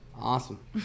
Awesome